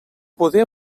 poder